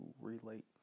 relate